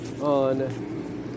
on